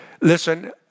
Listen